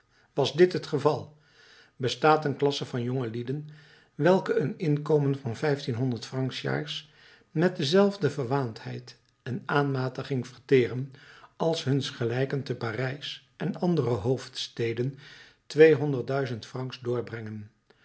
was dit het geval bestaat een klasse van jongelieden welke een inkomen van vijftienhonderd francs s jaars met dezelfde verwaandheid en aanmatiging verteren als huns gelijken te parijs en andere hoofdsteden tweehonderdduizend francs doorbrengen